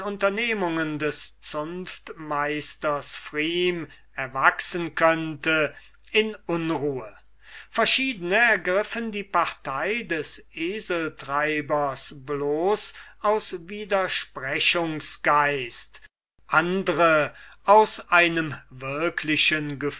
unternehmungen des zunftmeisters pfrieme erwachsen könnte in unruhe verschiedene ergriffen die partei des eseltreibers bloß aus widersprechungsgeist andre aus einem wirklichen